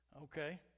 Okay